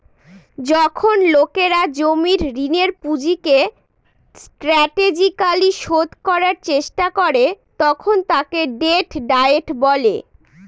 যখন লোকেরা জমির ঋণের পুঁজিকে স্ট্র্যাটেজিকালি শোধ করার চেষ্টা করে তখন তাকে ডেট ডায়েট বলে